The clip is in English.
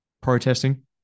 protesting